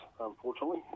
unfortunately